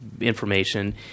information